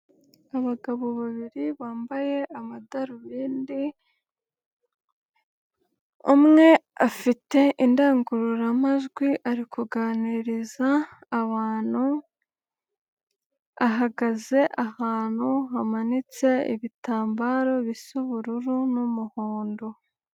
Abagabo babiri bambaye amadarubindi umwe afite indangururamajwi ari kuganiriza abantu ahagaze ahantu hamanitse ibitambaro bisa ubururu n'umuhondo.